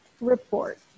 report